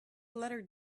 letter